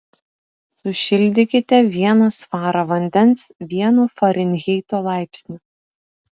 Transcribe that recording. sušildykite vieną svarą vandens vienu farenheito laipsniu